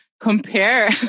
compare